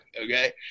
Okay